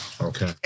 Okay